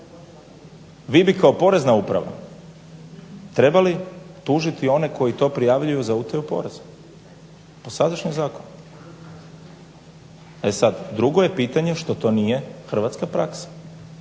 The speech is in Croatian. vi bi kao porezna uprava trebali tužiti one koji to prijavljuju za utaju poreza, po sadašnjem zakonu. E sad drugo je pitanje što to nije hrvatska praksa.